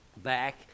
back